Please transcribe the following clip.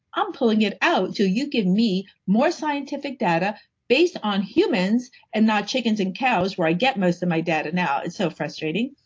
i'm pulling it out til you give me more scientific data based on humans and not chickens and cows, where i get most of my data now, it's so frustrating.